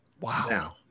Wow